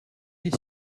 est